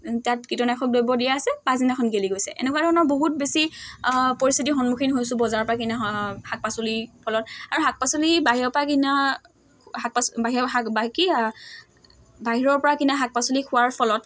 তাত কীটনাশক দ্ৰব্য দিয়া আছে পাছদিনাখন গেলি গৈছে এনেকুৱা ধৰণৰ বহুত বেছি পৰিস্থিতিৰ সন্মুখীন হৈছোঁ বজাৰৰ পৰা কিনা শ শাক পাচলিৰ ফলত আৰু শাক পাচলি বাহিৰৰ পৰা কিনা শাক পাচ বাহিৰৰ শাক বা কি বাহিৰৰ পৰা কিনা শাক পাচলি খোৱাৰ ফলত